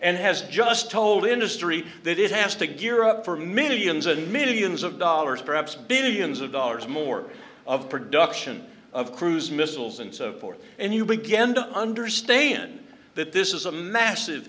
and has just told industry that it has to gear up for millions and millions of dollars perhaps billions of dollars more of production of cruise missiles and so forth and you begin to understand that this is a massive